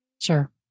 Sure